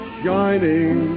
shining